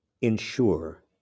ensure